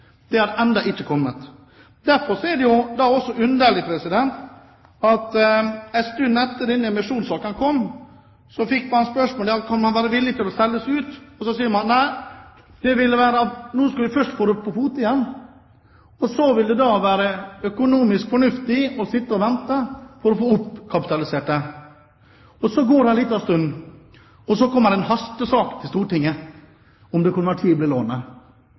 Det har ennå ikke kommet. Derfor er det underlig at man en stund etter at denne emisjonssaken kom, fikk spørsmålet om man kunne være villig til å selge seg ut. Så sier man: Nei, nå skal vi først få selskapet på fote igjen, og så vil det være økonomisk fornuftig å sitte og vente for å få oppkapitalisert det. Så går det en liten stund, og så kommer en hastesak til Stortinget om det